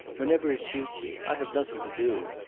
whenever it suits you. i have nothing to do.